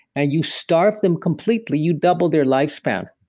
and you starve them completely, you double their lifespan,